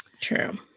true